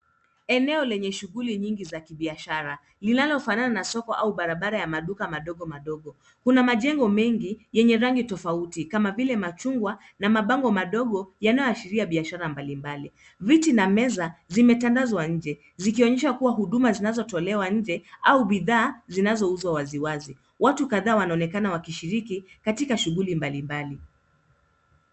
Eneo lenye shuguli nyingi za kibiashara, linalo fanana na soko au barabara ya maduka madogo madogo. Kuna majengo mengi, yenye rangi tofauti kwama vile machungwa na mabango madogo, yanayo ashiria biashara mbali mbali. Viti na meza zimetandazwa nje. Zikionyesha kuwa , huduma zinazotolewa inje, au bidhaa zinazo uzwa waziwazi. Watu kadhaa wanaonekana wakishiriki, katika shughuli mbalimbali.